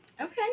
Okay